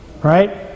right